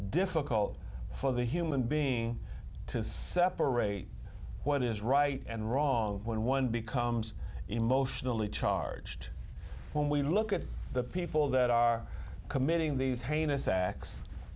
difficult for the human being to separate what is right and wrong when one becomes emotionally charged when we look at the people that are committing these heinous acts